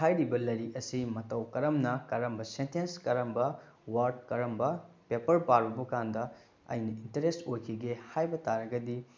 ꯍꯥꯏꯔꯤꯕ ꯂꯥꯏꯔꯤꯛ ꯑꯁꯤ ꯃꯇꯧ ꯀꯔꯝꯅ ꯀꯔꯝꯕ ꯁꯦꯟꯇꯦꯟꯁ ꯀꯔꯝꯕ ꯋꯥꯔꯠ ꯀꯔꯝꯕ ꯄꯦꯄꯔ ꯄꯥꯔꯨꯕꯀꯥꯟꯗ ꯑꯩꯅ ꯏꯟꯇꯔꯦꯁ ꯑꯣꯏꯈꯤꯒꯦ ꯍꯥꯏꯕ ꯇꯥꯔꯒꯗꯤ